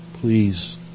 please